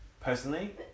personally